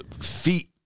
feet